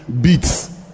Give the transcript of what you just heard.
beats